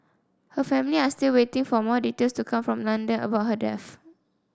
her family are still waiting for more details to come from London about her death